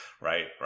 right